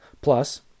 Plus